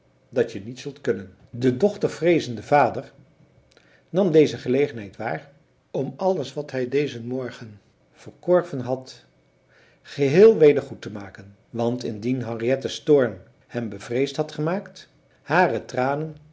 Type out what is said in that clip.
dat je niet zult kunnen de dochtervreezende vader nam deze gelegenheid waar om alles wat hij dezen morgen verkorven had geheel weder goed te maken want indien henriettes toorn hem bevreesd had gemaakt hare tranen